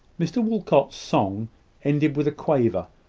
mr walcot's song ended with a quaver,